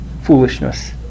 foolishness